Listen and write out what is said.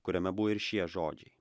kuriame buvo ir šie žodžiai